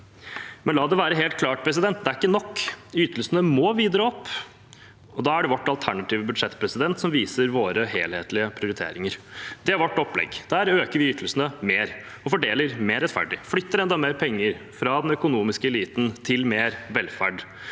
lite. La det være helt klart: Det er ikke nok. Ytelsene må videre opp. Da er det vårt alternative budsjett som viser våre helhetlige prioriteringer. Det er vårt opplegg. Der øker vi ytelsene mer og fordeler mer rettferdig, flytter enda mer penger fra den økonomiske eliten til mer velferd.